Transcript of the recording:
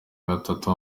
gatatu